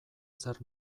zer